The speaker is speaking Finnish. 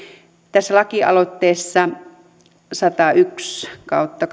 tässä lakialoitteessa satayksi kautta